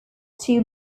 two